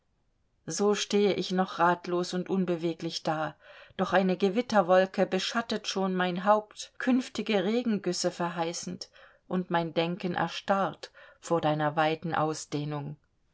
so stehe ich noch ratlos und unbeweglich da doch eine gewitterwolke beschattet schon mein haupt künftige regengüsse verheißend und mein denken erstarrt vor deiner weiten ausdehnung